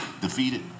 Defeated